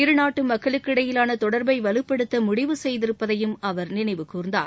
இருநாட்டு மக்களுக்கு இடையிலான தொடர்பை வலுப்படுத்த முடிவு செய்திருப்பதையும் அவர் நினைவு கூர்ந்தார்